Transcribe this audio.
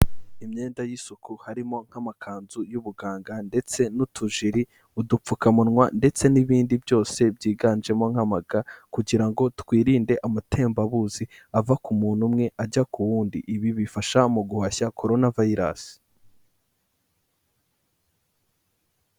Imyenda y'isuku, harimo nk'amakanzu y'ubuganga ndetse n'utujiri, udupfukamunwa ndetse n'ibindi byose byiganjemo nk'amaga kugira ngo twirinde amatembabuzi ava ku muntu umwe ajya ku wundi, ibi bifasha mu guhashya Korona vayirasi.